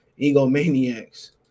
egomaniacs